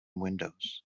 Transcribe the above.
windows